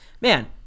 Man